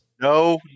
No